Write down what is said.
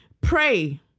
Pray